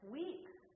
weeks